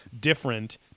different